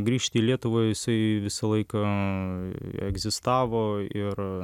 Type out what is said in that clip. grįžt į lietuvą jisai visą laiką egzistavo ir